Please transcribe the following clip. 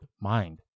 mind